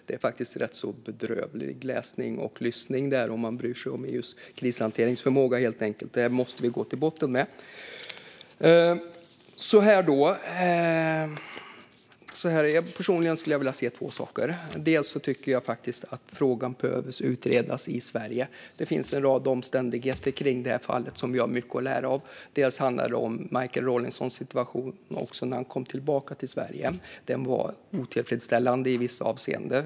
Det är faktiskt rätt så bedrövlig läsning och lyssning, om man bryr sig om EU:s krishanteringsförmåga. Detta måste vi gå till botten med. Personligen skulle jag vilja se två saker. Till att börja med tycker jag att frågan behöver utredas i Sverige. Det finns en rad omständigheter kring det här fallet som vi har mycket att lära av. Det handlar bland annat om Michael Rawlinsons situation när han kom tillbaka till Sverige, som var otillfredsställande i vissa avseenden.